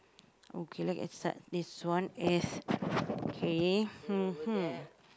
okay let us start this one as okay hmm